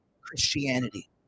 Christianity